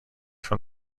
from